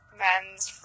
men's